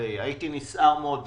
הייתי נסער מאוד.